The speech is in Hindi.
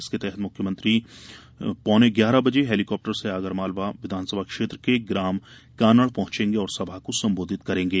इसके तहत मुख्यमंत्री श्रीचौहान प्रातः पौने ग्यारह बजे हेलिकाप्टर से आगरमालवा विधानसभा क्षैत्र के ग्राम कानड़ पहुचेगें और सभा को संबोधित करेगें